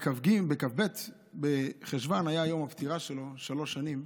בכ"ב בחשוון, היה יום הפטירה שלו, שלוש שנים,